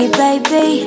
baby